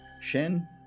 Shen